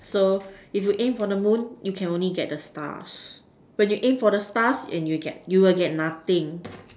so if you aim for the moon you can only get the stars when you aim for the stars and you get you will get nothing